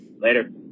Later